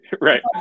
Right